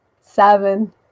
Seven